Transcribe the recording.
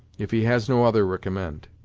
if he has no other ricommend.